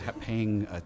paying